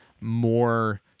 more